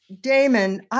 Damon